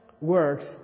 works